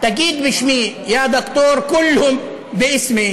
תגיד בשמי (אומר בערבית: יא דוקטור, תגיד להם בשמי